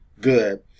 good